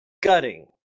gutting